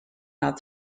not